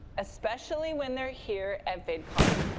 especially when they're here at vidcon,